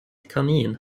kanin